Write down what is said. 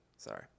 Sorry